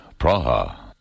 Praha